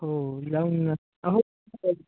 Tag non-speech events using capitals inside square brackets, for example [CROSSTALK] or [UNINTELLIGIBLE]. हो जाऊन ये ना [UNINTELLIGIBLE]